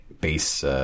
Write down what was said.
base